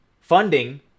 funding